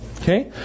Okay